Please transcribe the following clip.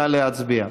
נא להצביע.